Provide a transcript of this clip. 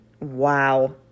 wow